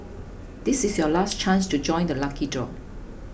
this is your last chance to join the lucky draw